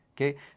Okay